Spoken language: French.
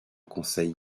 conseil